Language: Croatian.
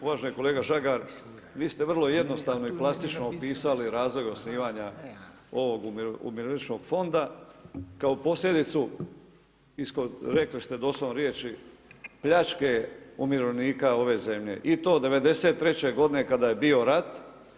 Uvaženi kolega Žagar, vi ste vrlo jednostavno i plastično opisali razvoj osnivanja ovog Umirovljeničkog fonda kao posljedicu rekli ste doslovno riječi pljačke umirovljenika ove zemlje i to '93. godine kada je bio rat.